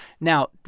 Now